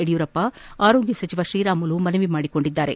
ಯಡಿಯೂರಪ್ಪ ಆರೋಗ್ಟ ಸಚಿವ ಶ್ರೀರಾಮುಲು ಮನವಿ ಮಾಡಿದ್ದಾರೆ